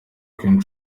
queen